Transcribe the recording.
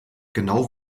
genau